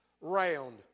round